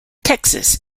texas